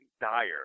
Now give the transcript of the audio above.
dire